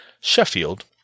Sheffield